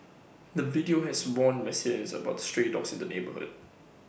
the video has warned residents about the stray dogs in the neighbourhood